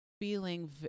feeling